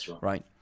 right